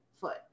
foot